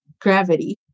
gravity